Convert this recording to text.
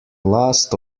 last